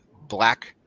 black